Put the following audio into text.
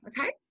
okay